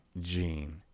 Gene